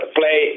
play